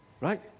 right